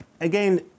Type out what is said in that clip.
Again